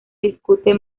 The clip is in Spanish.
discute